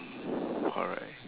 alright